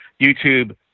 YouTube